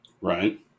Right